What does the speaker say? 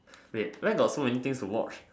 wait where got so many things to watch